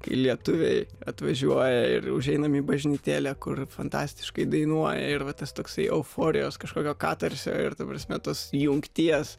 kai lietuviai atvažiuoja ir užeinam į bažnytėlę kur fantastiškai dainuoja ir va tas toksai euforijos kažkokio katarsio ir ta prasme tos jungties